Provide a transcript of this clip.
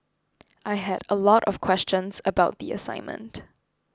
I had a lot of questions about the assignment